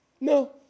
No